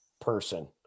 person